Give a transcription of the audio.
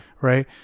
Right